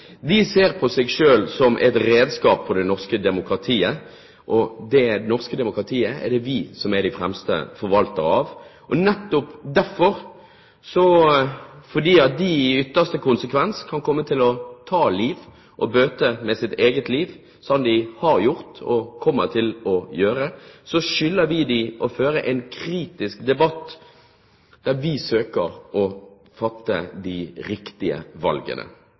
De ser på seg selv som et redskap for det norske demokratiet, og det norske demokratiet er det vi som er de fremste forvaltere av. Nettopp derfor, fordi de i ytterste konsekvens kan komme til å ta liv og bøte med sitt eget liv – som de har gjort og kommer til å gjøre – skylder vi dem å føre en kritisk debatt der vi søker å fatte de riktige valgene.